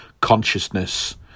consciousness